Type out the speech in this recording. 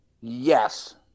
Yes